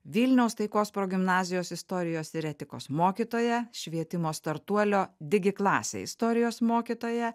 vilniaus taikos progimnazijos istorijos ir etikos mokytoją švietimo startuolio digi klasė istorijos mokytoją